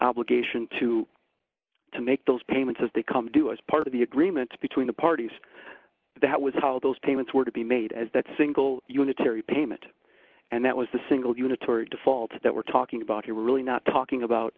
obligation to to make those payments as they come due as part of the agreements between the parties that was how those payments were to be made as that single unitary payment and that was the single unit or default that we're talking about here we're really not talking about